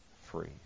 free